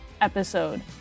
episode